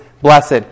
blessed